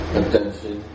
attention